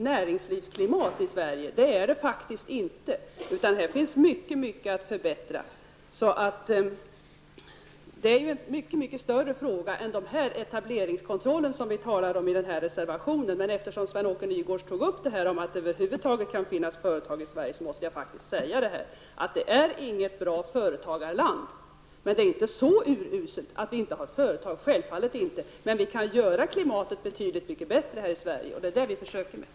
Näringslivsklimatet i Sverige är faktiskt inte särskilt positivt, utan det finns mycket att förbättra. Det är en mycket större fråga än den etableringskontroll som vi talar om i reservationen. Eftersom Sven Åke Nygårds tog upp frågan om det över huvud taget kan finnas företag i Sverige, måste jag säga att Sverige inte är något bra företagarland, men att det självfallet inte är så uruselt att det inte finns några företag. Vi kan däremot göra klimatet mycket bättre här i Sverige, och det försöker vi göra.